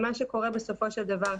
ומה שקורה בסופו של דבר,